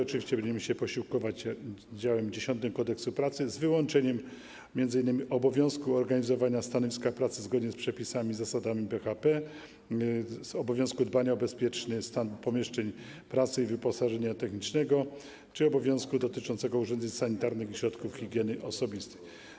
Oczywiście będziemy się posiłkować działem dziesiątym Kodeksu pracy, z wyłączeniem m.in. obowiązku organizowania stanowiska pracy zgodnie z przepisami, zasadami BHP, obowiązku dbania o bezpieczny stan pomieszczeń pracy i wyposażenia technicznego czy obowiązku dotyczącego urządzeń sanitarnych i środków higieny osobistej.